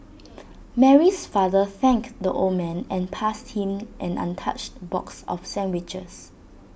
Mary's father thanked the old man and passed him an untouched box of sandwiches